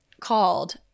called